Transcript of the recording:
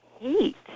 hate